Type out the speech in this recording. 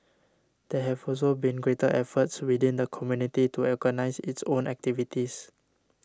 there have also been greater efforts within the community to organise its own activities